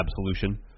Absolution